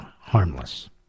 harmless